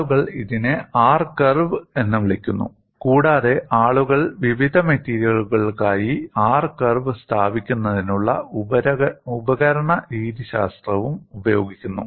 ആളുകൾ ഇതിനെ R curve എന്ന് വിളിക്കുന്നു കൂടാതെ ആളുകൾ വിവിധ മെറ്റീരിയലുകൾക്കായി R കർവ് സ്ഥാപിക്കുന്നതിനുള്ള ഉപകരണ രീതിശാസ്ത്രവും ഉപയോഗിക്കുന്നു